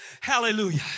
Hallelujah